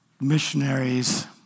missionaries